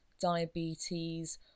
diabetes